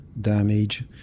damage